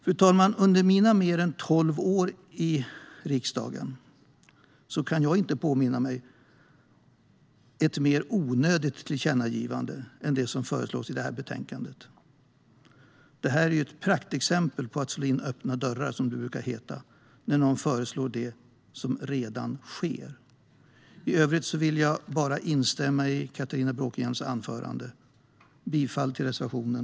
Fru talman! Under mina mer än tolv år i riksdagen kan jag inte påminna mig ett mer onödigt tillkännagivande än det som finns i detta betänkande. Det är ett praktexempel på att slå in öppna dörrar, som det brukar heta när någon föreslår det som redan sker. I övrigt bill jag bara instämma i Catharina Bråkenhielms anförande. Jag yrkar bifall till reservationen.